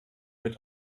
mit